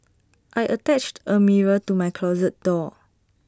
I attached A mirror to my closet door